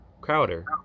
Crowder